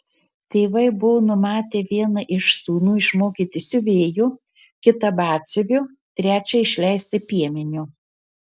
tėvai buvo numatę vieną iš sūnų išmokyti siuvėju kitą batsiuviu trečią išleisti piemeniu